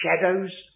shadows